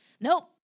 Nope